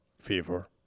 fever